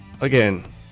Again